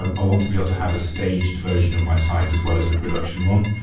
i want to be able to have a staged version of my site as well as the production one.